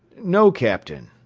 no, captain.